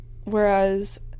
Whereas